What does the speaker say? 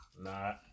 Nah